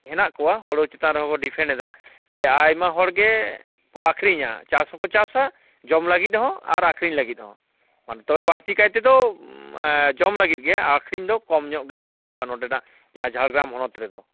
ᱦᱮᱸᱲᱟᱜ ᱠᱚᱣᱟ ᱦᱩᱲᱩ ᱪᱮᱛᱟᱱ ᱨᱮᱦᱚᱸ ᱠᱚ ᱰᱤᱯᱷᱮᱱᱴ ᱮᱫᱟ ᱡᱮ ᱟᱭᱢᱟ ᱦᱚᱲᱜᱮ ᱠᱚ ᱟᱹᱠᱷᱟᱨᱤᱧᱟ ᱪᱟᱥ ᱦᱚᱸ ᱠᱚ ᱪᱟᱥᱟ ᱡᱚᱢ ᱞᱟᱹᱜᱤᱫ ᱦᱚᱸ ᱟᱨ ᱟᱹᱠᱷᱟᱨᱤᱧ ᱞᱟᱹᱜᱤᱫ ᱦᱚᱸ ᱢᱟᱱᱮ ᱛᱚᱵᱮ ᱵᱟᱹᱲᱛᱤ ᱠᱟᱭᱛᱮᱫᱚ ᱡᱚᱢ ᱞᱟᱹᱜᱤᱫ ᱜᱮ ᱟᱨ ᱟᱹᱠᱷᱤᱨᱤᱧ ᱫᱚ ᱠᱚᱢ ᱧᱚᱜ ᱜᱮ ᱦᱩᱭᱩᱜᱼᱟ ᱱᱚᱰᱮᱱᱟᱜ ᱡᱟᱦᱟᱸ ᱡᱷᱟᱲᱜᱨᱟᱢ ᱦᱚᱱᱚᱛ ᱨᱮᱫᱚ